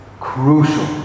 crucial